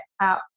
out